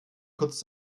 kurz